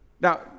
Now